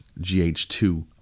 gh2